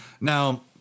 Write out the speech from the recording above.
Now